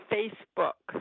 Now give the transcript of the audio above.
Facebook